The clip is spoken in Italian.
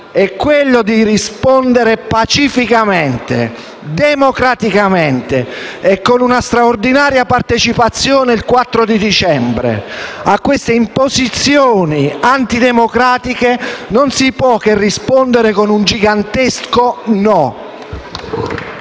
è di rispondere pacificamente, democraticamente e con una straordinaria partecipazione, il 4 dicembre: a queste imposizioni antidemocratiche non si può che rispondere con un gigantesco "no".